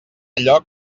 allò